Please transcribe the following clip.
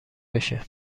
بشه